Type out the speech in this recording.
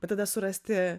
bet tada surasti